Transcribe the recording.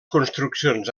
construccions